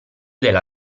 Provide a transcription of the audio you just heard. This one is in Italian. della